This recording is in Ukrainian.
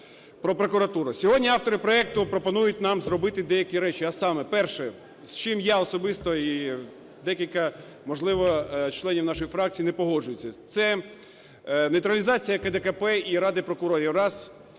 про прокуратуру. Сьогодні автори проекту пропонують нам зробити деякі речі, а саме: перше – з чим я особисто і декілька, можливо, членів нашої фракції не погоджуються – це нейтралізація КДКП і Ради прокурорів – раз,